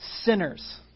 sinners